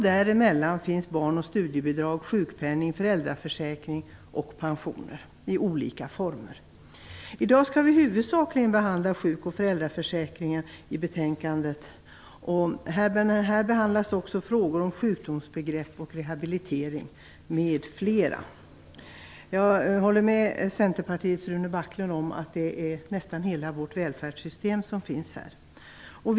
Däremellan finns barn och studiebidrag, sjukpenning, föräldraförsäkring och pensioner i olika former. I dag skall vi huvudsakligen behandla sjuk och föräldraförsäkringen och också frågor om sjukdomsbegrepp och rehabilitering m.fl. Jag håller med Centerpartiets Rune Backlund om att det är nästan hela vårt välfärdssystem som behandlas.